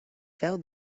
féu